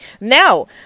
Now